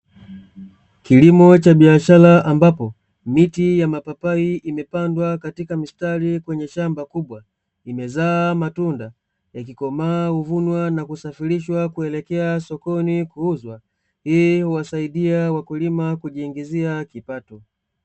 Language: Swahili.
Kilimo cha biashara ambapo, miti ya mapapai imepandwa katika mstari kwenye shamba kubwa, limezaa matunda yakikomaa Huvunwa na kusafirishwa kuelekea sokoni kuuzwa, Hii huwasaidia wakulima kujiingizia kipato.